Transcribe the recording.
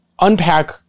unpack